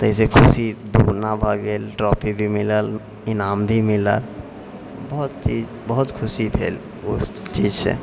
ताहिसँ खुशी दुगुना भऽ गेल ट्रॉफी भी मिलल इनाम भी मिलल बहुत ही बहुत खुशी भेल ओहि चीजसँ